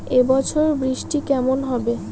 এবছর বৃষ্টি কেমন হবে?